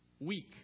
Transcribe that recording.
weak